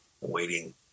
waiting